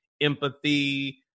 empathy